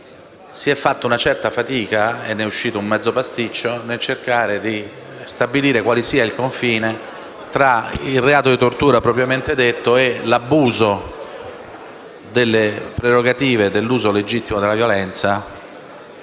si è fatta una certa fatica e ne è uscito un mezzo pasticcio nel cercare di stabilire quale sia il confine tra il reato di tortura propriamente detto e l'abuso delle prerogative dell'uso legittimo della violenza,